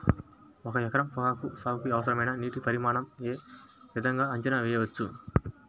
ఒక ఎకరం పొగాకు సాగుకి అవసరమైన నీటి పరిమాణం యే విధంగా అంచనా వేయవచ్చు?